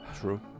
True